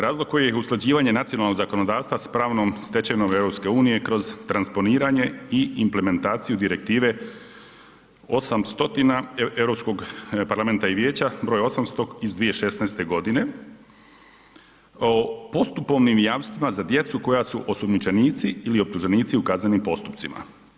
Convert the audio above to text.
Razlog koji je, usklađivanje nacionalnog zakonodavstva sa pravnom stečevinom EU kroz transponiranje i implementaciju direktive 800 Europskog parlamenta i Vijeća, broj 800 iz 2016. godine o postupovnim jamstvima za djecu koja su osumnjičenici ili optuženici u kaznenim postupcima.